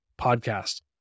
podcast